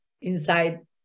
inside